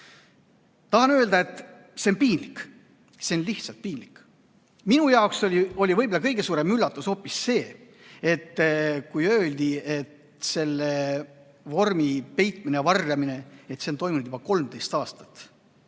öelda, et see on piinlik. See on lihtsalt piinlik! Minu jaoks oli võib-olla kõige suurem üllatus aga see, kui öeldi, et selle vormi peitmine ja varjamine on toimunud juba 13 aastat.